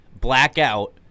blackout